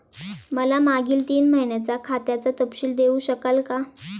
मला मागील तीन महिन्यांचा खात्याचा तपशील देऊ शकाल का?